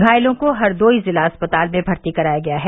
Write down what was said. घायलों को हरदोई जिला अस्पताल में भर्ती कराया गया है